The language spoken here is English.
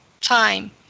time